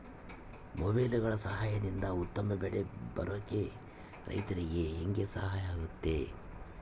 ಮೊಬೈಲುಗಳ ಸಹಾಯದಿಂದ ಉತ್ತಮ ಬೆಳೆ ಬರೋಕೆ ರೈತರಿಗೆ ಹೆಂಗೆ ಸಹಾಯ ಆಗುತ್ತೆ?